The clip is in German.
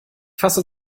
fasse